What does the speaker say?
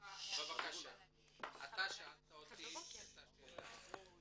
אותי את השאלה.